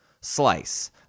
slice